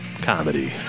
comedy